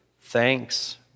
thanks